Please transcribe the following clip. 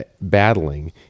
battling